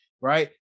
right